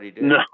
No